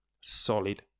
solid